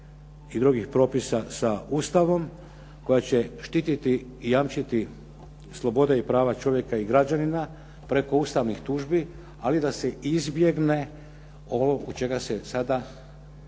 i drugih propisa sa Ustavom, koja će štititi i jamčiti slobode i prava čovjeka i građanina preko ustavnih tužbi, ali da se izbjegne ovo oko čega se sada